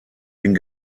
den